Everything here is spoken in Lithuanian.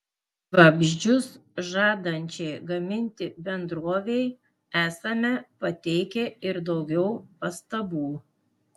vamzdžius žadančiai gaminti bendrovei esame pateikę ir daugiau pastabų